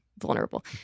vulnerable